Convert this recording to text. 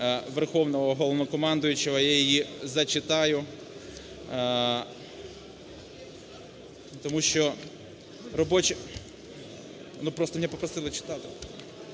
Верховного Головнокомандувача. Я її зачитаю, тому що робоча... Ну, просто мене попросили читати.